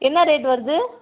என்ன ரேட் வருது